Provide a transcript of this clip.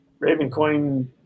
Ravencoin